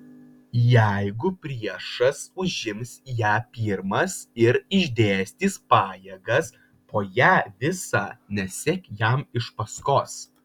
jeigu priešas užims ją pirmas ir išdėstys pajėgas po ją visą nesek jam iš paskos